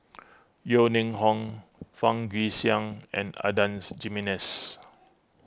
Yeo Ning Hong Fang Guixiang and Adan's Jimenez